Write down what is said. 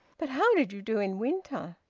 but how did you do in winter?